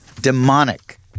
demonic